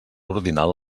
ordinal